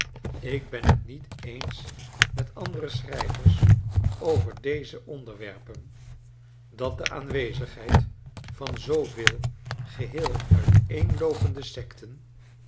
ik ben t niet eens met andere schrijvers over deze onderwerpen dat de aanwezigheid van zooveel geheel uiteenloopende sekten